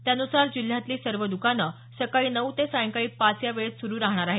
त्यानुसार जिल्ह्यातले सर्व दुकाने सकाळी नऊ ते सायंकाळी पाच या वेळेत सुरू राहणार आहेत